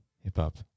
hip-hop